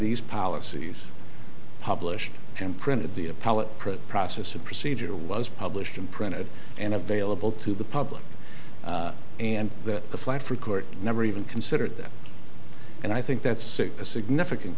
these policies published and printed the appellate print process of procedure was published and printed and available to the public and that the flag for court never even considered that and i think that's a significant